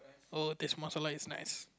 oh this muscle light is nice